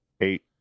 Eight